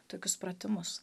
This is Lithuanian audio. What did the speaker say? tokius pratimus